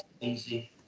easy